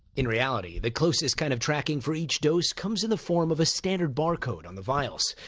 in reality, the closest kind of tracking for each dose comes in the form of a standard bar code on the vials,